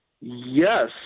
Yes